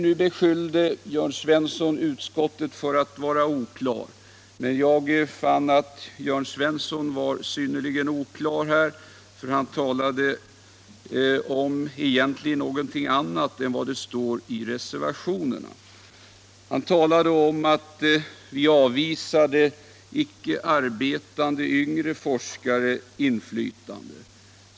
Nu beskyllde Jörn Svensson utskottet för att vara oklart, men jag fann att Jörn Svensson var synnerligen oklar, för han talade egentligen om någonting annat än vad som står i reservationerna. Han talade om att vi avvisade inflytande från icke arbetande yngre forskare.